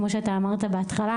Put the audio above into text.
כמו שאמרת בהתחלה